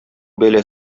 бәла